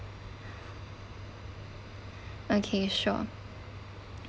okay sure